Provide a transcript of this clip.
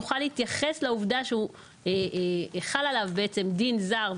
נוכל להתייחס לעובדה שחל עליו דין זר,